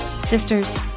sisters